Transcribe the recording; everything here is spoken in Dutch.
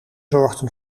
zorgden